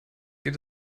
geht